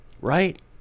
right